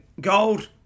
gold